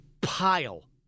pile